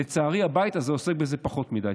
לצערי, הבית הזה עוסק בזה פחות מדי.